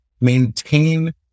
maintain